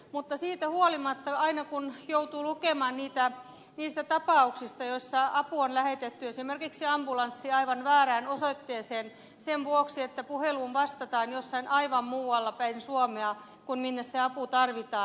mutta siitä huolimatta joutuu lukemaan niistä tapauksista joissa apu esimerkiksi ambulanssi on lähetetty aivan väärään osoitteeseen sen vuoksi että puheluun vastataan jossain aivan muualla päin suomea kuin minne se apu tarvitaan